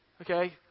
Okay